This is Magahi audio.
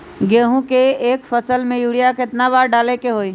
गेंहू के एक फसल में यूरिया केतना बार डाले के होई?